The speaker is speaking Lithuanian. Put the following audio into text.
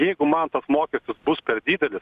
jeigu man tas mokestis bus per didelis